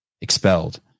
Expelled